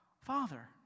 Father